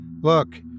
Look